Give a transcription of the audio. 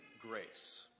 grace